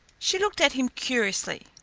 she looked at him curiously.